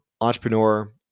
entrepreneur